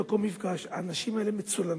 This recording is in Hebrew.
למקום מפגש, האנשים האלה מצולמים.